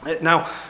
Now